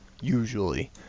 Usually